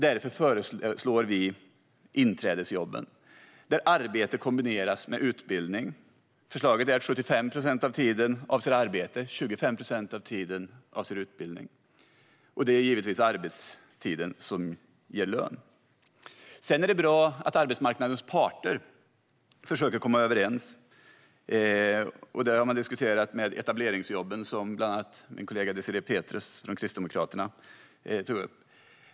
Därför föreslår vi inträdesjobben, där arbete kombineras med utbildning. Förslaget är att 75 procent av tiden avser arbete och 25 procent utbildning. Det är givetvis arbetstiden som ger lön. Sedan är det bra att arbetsmarknadens parter försöker komma överens. Där har man diskuterat etableringsjobben, som bland annat min kollega Désirée Pethrus från Kristdemokraterna tog upp.